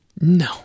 No